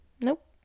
nope